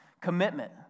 Commitment